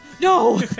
no